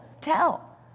tell